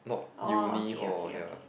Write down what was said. oh okay okay okay